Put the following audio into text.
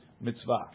mitzvah